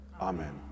Amen